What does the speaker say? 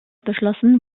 beschlossen